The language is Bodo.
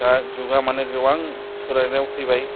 दा जुगा मानि गोबां सोलायनायाव फैबाय